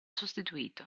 sostituito